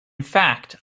fact